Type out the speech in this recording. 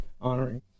honoring